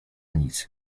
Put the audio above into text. nic